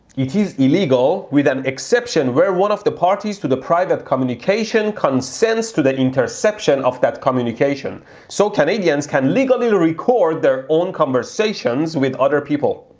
it is illegal with an exception where one of the parties to the private communication consents to the interception of that communication so canadians can legally record their own conversations with other people.